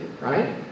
right